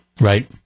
Right